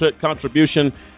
contribution